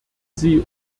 sie